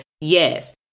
yes